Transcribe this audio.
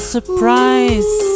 surprise